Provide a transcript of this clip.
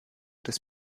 des